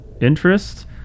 interest